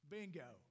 Bingo